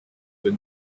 with